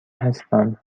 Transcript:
هستم